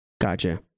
Gotcha